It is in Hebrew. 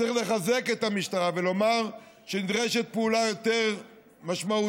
צריך לחזק את המשטרה ולומר שנדרשת פעולה יותר משמעותית,